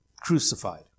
crucified